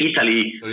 italy